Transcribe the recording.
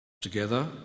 Together